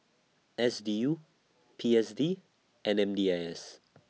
S D U P S D and M D I S